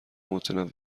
متنوع